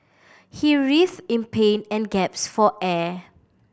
he writhed in pain and gasped for air